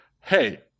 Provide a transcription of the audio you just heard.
hey